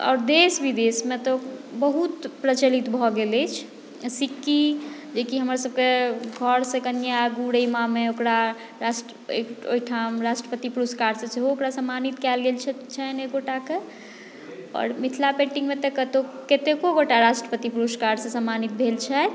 आओर देश विदेशमे तऽ बहुत प्रचलित भऽ गेल अछि सिक्की जे की हमरसभके घर सँ कनिय आगू रैमामे ओकरा राष्ट्र ओहिठाम राष्ट्रपति पुरष्कारसँ सेहो ओकरा सम्मानित कयल गेल छनि एक गोटाकेँ आओर मिथिला पेंटिंगमे तऽ कतैको गोटा राष्ट्रपति पुरष्कारसँ सम्मानित भेल छथि